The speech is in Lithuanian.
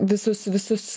visus visus